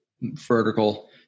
vertical